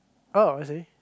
oh I see